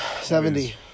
Seventy